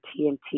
TNT